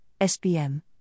SBM